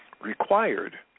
required